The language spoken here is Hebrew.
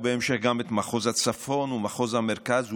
ובהמשך גם את מחוז הצפון ומחוז המרכז,